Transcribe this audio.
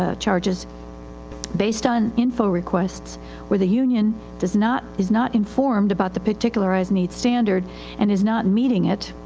ah charges based on info requests where the union does not, is not informed about the particularized need standard and is not meeting it.